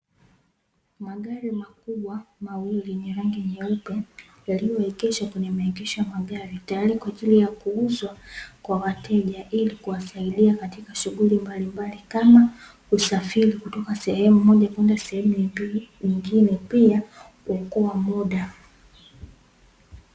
Magari makubwa mawili yenye rangi nyeupe, yaliyoegeshwa kwenye maegesho ya magari, tayari kwa ajili ya kuuzwa kwa wateja ili kuwasaidia katika shughuli mbalimbali kama, usafiri kutoka sehemu moja kwenda sehemu nyingine pia kuokoa muda.